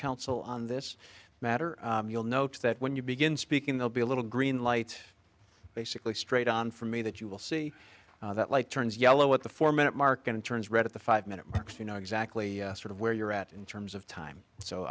council on this matter you'll notice that when you begin speaking they'll be a little green light basically straight on for me that you will see that light turns yellow at the four minute mark and turns red at the five minute mark you know exactly where you're at in terms of time so